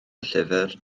llyfr